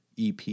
EP